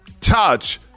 touch